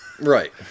Right